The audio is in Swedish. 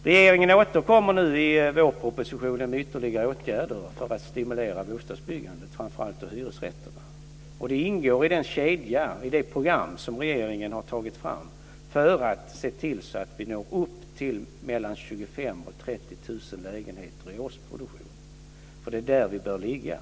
Regeringen återkommer nu i vårpropositionen med ytterligare åtgärder för att stimulera bostadsbyggandet, framför allt byggandet av hyresrätter. Det ingår i den kedja och det program som regeringen har tagit fram för att se till att vi når upp till mellan 25 000 och 30 000 lägenheter i årsproduktion. Det är där vi bör ligga.